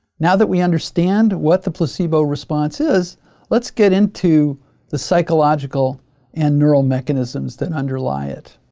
now that we understand what the placebo response is let's get into the psychological and neural mechanisms that underly it.